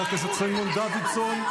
חבר הכנסת סימון דוידסון,